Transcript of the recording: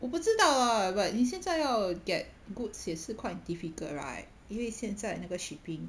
我不知道 ah but 你现在要 get goods 也是 quite difficult right 因为现在那个 shipping